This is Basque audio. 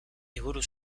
liburu